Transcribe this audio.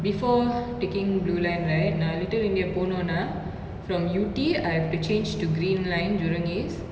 before taking blue line right நா:na litte india போனோனா:pononaa from yew tee I have to change to green line jurong east